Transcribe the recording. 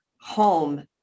home